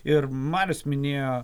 ir marius minėjo